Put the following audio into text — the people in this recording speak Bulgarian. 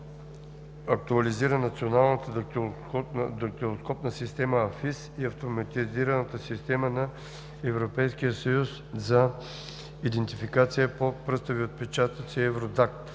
актуализира Националната дактилоскопна система (АФИС) и Автоматизираната система на Европейския съюз за идентификация по пръстови отпечатъци „ЕВРОДАК“,